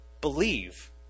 believe